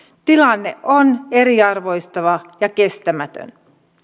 tilanne on eriarvoistava ja kestämätön